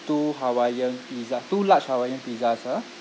two hawaiian pizza two large hawaiian pizzas ah